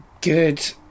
good